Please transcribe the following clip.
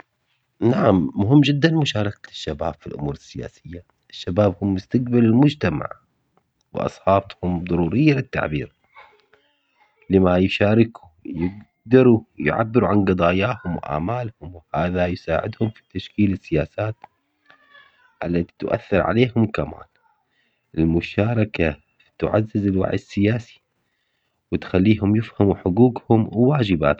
نعم مهم جداً مشاركة الشباب في الأمور السياسية، الشباب هم مستقبل المجتمع وأصواتهم ضرورية للتعبير لما يشارك يقدروا يعبروا عن قضاياهم وآمالهم وهذا يساعدهم في تشكيل السياسات التي تؤثر عليهم كمان، المشاركة تعزز الوعي السياسي وتخليهم يفهموا حقوقهم وواجباتهم.